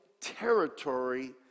territory